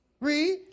Read